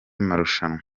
marushanwa